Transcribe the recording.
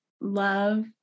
love